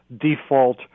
default